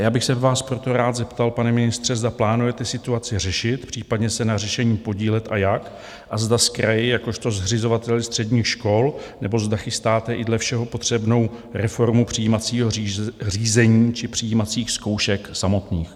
Já bych se vás proto rád zeptal, pane ministře, zda plánujete situaci řešit, případně se na řešení podílet, a jak a zda s kraji jakožto zřizovateli středních škol, nebo zda chystáte i dle všeho potřebnou reformu přijímacího řízení či přijímacích zkoušek samotných.